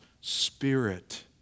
Spirit